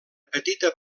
petita